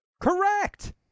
Correct